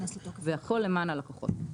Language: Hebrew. והכול למען הלקוחות.